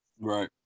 Right